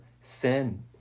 sin